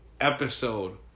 episode